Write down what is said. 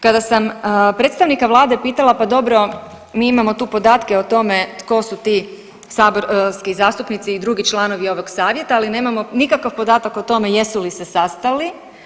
Kada sam predstavnika Vlade pitala pa dobro mi imamo tu podatke o tome tko su ti saborski zastupnici i drugi članovi ovog Savjeta, ali nemamo nikakav podatak o tome jesu li se sastali.